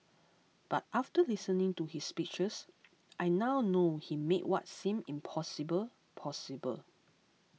but after listening to his speeches I now know he made what seemed impossible possible